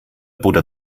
butter